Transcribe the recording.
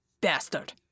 bastard